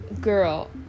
Girl